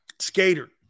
Skater